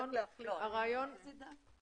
איפה זה כתוב?